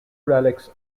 relics